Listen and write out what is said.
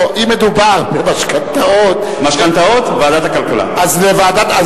לא, אם מדובר במשכנתאות, משכנתאות, ועדת הכלכלה.